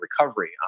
recovery